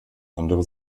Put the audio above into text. andere